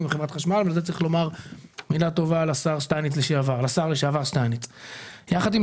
דחה את זה ויצא להפסקה עד 12:30. אם